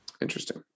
interesting